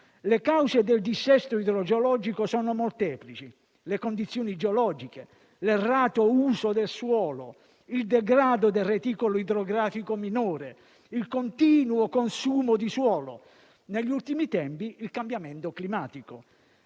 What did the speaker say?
Le cause del dissesto idrogeologico sono molteplici: le condizioni geologiche, l'errato uso del suolo, il degrado del reticolo idrografico minore, il continuo consumo di suolo e, negli ultimi tempi, il cambiamento climatico.